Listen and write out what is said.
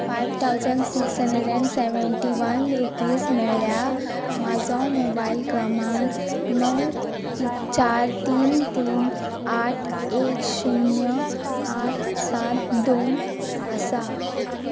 five thousand six hundred and seventy one rupees मेळ्ळ्या म्हाजो mobile क्रमांक णव चार तीन तीन आठ एक शुन्य आठ सात दोन आसा